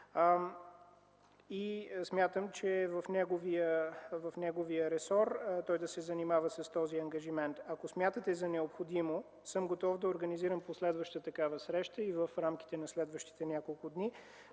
Смятам, че е в неговия ресор, той да се занимава с този ангажимент. Ако смятате за необходимо, готов съм да организирам последваща такава среща в рамките на следващите няколко дни,